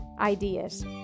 ideas